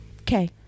Okay